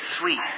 sweet